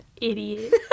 idiot